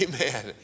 Amen